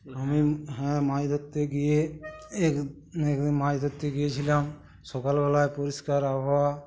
আমি হ্যাঁ মাছ ধরতে গিয়ে এক এক দিন মাছ ধরতে গিয়েছিলাম সকালবেলায় পরিষ্কার আবহাওয়া